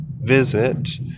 visit